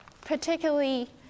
particularly